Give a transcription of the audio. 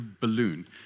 balloon